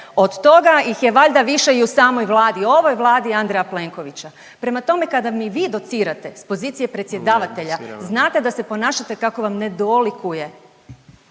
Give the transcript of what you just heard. Od toga ih je valjda više i u samoj Vladi, ovoj vladi Andreja Plenkovića. Prema tome, kada mi vi docirate s pozicije predsjedavatelja, znate da se ponašate kako vam ne dolikuje.